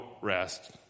rest